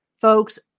Folks